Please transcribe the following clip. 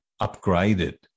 upgraded